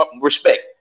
respect